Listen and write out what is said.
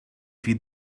feed